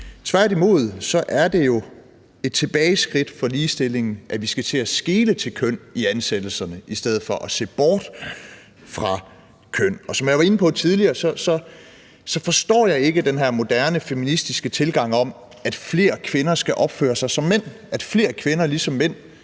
Tværtimod er det et tilbageskridt for ligestillingen, at vi skal til at skele til køn i ansættelserne i stedet for at se bort fra køn. Som jeg var inde på tidligere, forstår jeg ikke den her moderne feministiske tilgang om, at flere kvinder skal opføre sig som mænd, at flere kvinder ligesom mænd